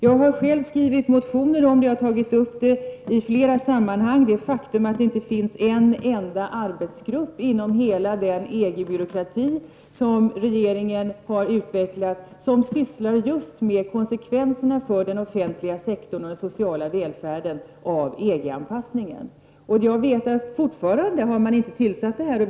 Jag har själv skrivit motioner och i flera sammanhang tagit upp det faktum att det inte finns en enda arbetsgrupp inom hela den EG-byråkrati som regeringen har utvecklat som sysslar just med konsekvenserna av EG-anpassningen för den offentliga sektorn och den sociala välfärden.